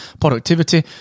productivity